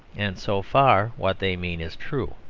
and so far what they mean is true.